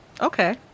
Okay